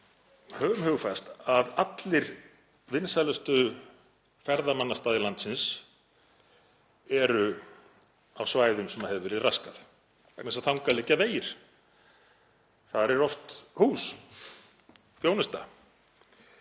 höfum hugfast að allir vinsælustu ferðamannastaðir landsins eru á svæðum sem hefur verið raskað vegna þess að þangað liggja vegir. Þar eru oft hús, þjónusta